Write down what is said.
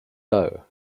dough